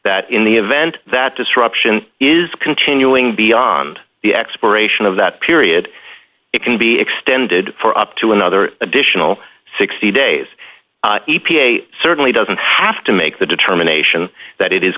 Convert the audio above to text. that in the event that disruption is continuing beyond the expiration of that period it can be extended for up to another additional sixty days e p a certainly doesn't have to make the determination